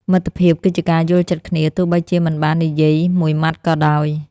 មិត្តភាពគឺជាការយល់ចិត្តគ្នា ទោះបីជាមិនបាននិយាយមួយម៉ាត់ក៏ដោយ។